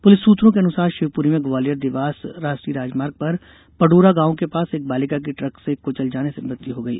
police सूत्रों के अनुसार शिवपुरी में ग्वालियर देवास राष्ट्रीय राजमार्ग पर पडोरा गांव के पास एक बालिका की ट्रक से कुचल जाने से मृत्य हो गई